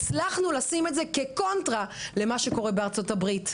הצלחנו לשים את זה כקונטרה למה שקורה בארצות הברית,